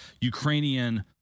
Ukrainian